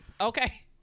Okay